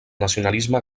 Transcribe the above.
nacionalisme